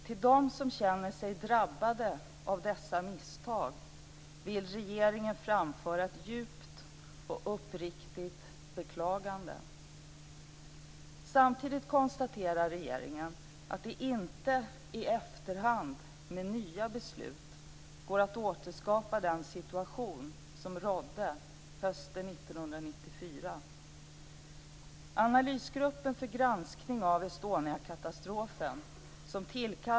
Till dem som känner sig drabbade av dessa misstag vill regeringen framföra ett djupt och uppriktigt beklagande. Samtidigt konstaterar regeringen att det inte i efterhand med nya beslut går att återskapa den situation som rådde hösten 1994.